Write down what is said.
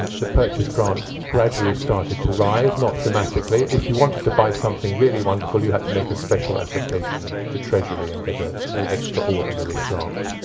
the purchase grant gradually started to rise, not dramatically. if you wanted to buy something really wonderful you had to make a special application to treasury and get ah an extraordinary grant.